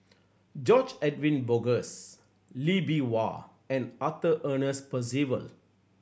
George Edwin Bogaars Lee Bee Wah and Arthur Ernest Percival